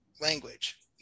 language